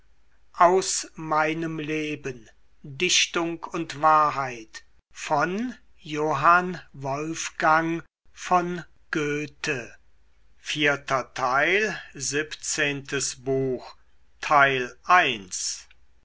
dichtung und wahrheit